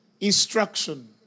instruction